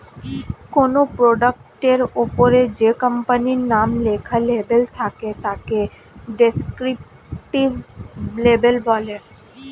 কোনো প্রোডাক্টের ওপরে যে কোম্পানির নাম লেখা লেবেল থাকে তাকে ডেসক্রিপটিভ লেবেল বলে